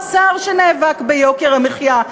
איפה שר האוצר, שנאבק ביוקר המחיה?